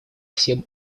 всем